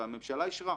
והממשלה אישרה.